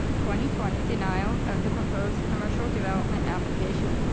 twenty twenty denial of the proposed commercial development application.